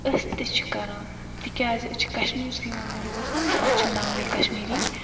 أسۍ تہِ چھِ کران تِکیٛازِ أسۍ چھِ کَشمیٖرسٕے منٛز روزان گوٚو اَتھ چھِ ناوٕے کشمیٖری